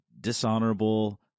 dishonorable